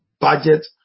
budget